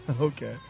Okay